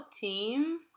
team